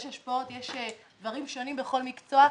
יש השפעות ויש דברים שונים בכל מקצוע.